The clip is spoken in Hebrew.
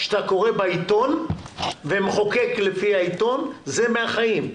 כשאתה קורא בעיתון ואתה מחוקק לפי העתון זה מהחיים,